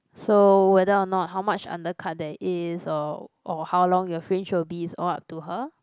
so whether or not how much undercut there is or or how long your fringe will be is all up to her